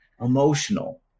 emotional